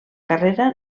carrera